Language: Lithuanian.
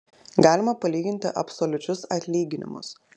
galima palyginti absoliučius atlyginimus